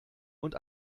und